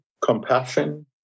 compassion